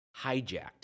hijacked